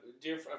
dear